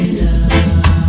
love